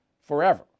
forever